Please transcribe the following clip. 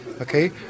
okay